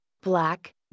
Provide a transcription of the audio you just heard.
black